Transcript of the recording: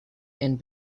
and